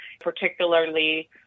particularly